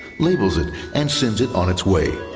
labels it, and send it on its way.